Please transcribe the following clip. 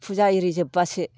फुजा आरि जोब्बासो